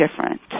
different